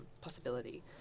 possibility